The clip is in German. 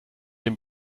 den